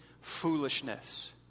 foolishness